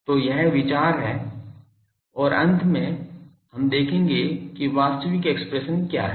तो यह विचार है और अंत में हम देखेंगे कि वास्तविक एक्सप्रेशन क्या है